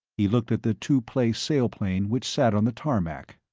he looked at the two-place sailplane which sat on the tarmac.